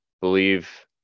believe